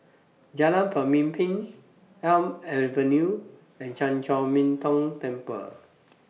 Jalan Pemimpin Elm Avenue and Chan Chor Min Tong Temple